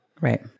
Right